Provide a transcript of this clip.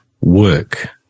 work